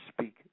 speak